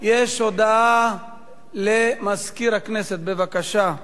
יש הודעה למזכיר הכנסת, בבקשה.